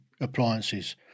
appliances